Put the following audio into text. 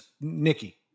nikki